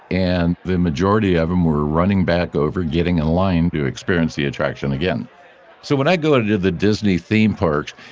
and the majority of them were running back over, getting in line to experience the attraction again so when i go into the disney theme parks,